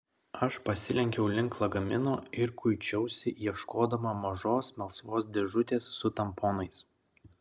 aš pasilenkiau link lagamino ir kuičiausi ieškodama mažos melsvos dėžutės su tamponais